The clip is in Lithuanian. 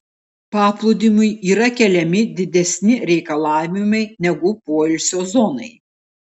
paplūdimiui yra keliami didesni reikalavimai negu poilsio zonai